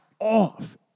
off